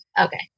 Okay